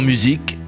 musique